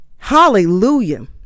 hallelujah